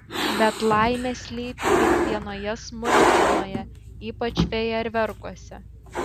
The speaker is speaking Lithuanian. bet laimė slypi kiekvienoje smulkmenoje ypač fejerverkuose